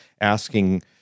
asking